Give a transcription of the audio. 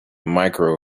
mirco